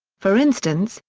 for instance,